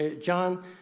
John